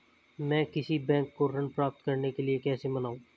मैं किसी बैंक को ऋण प्राप्त करने के लिए कैसे मनाऊं?